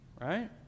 Right